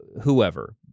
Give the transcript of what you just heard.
whoever